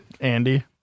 Andy